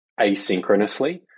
asynchronously